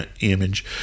image